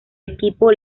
equipo